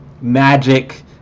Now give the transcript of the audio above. Magic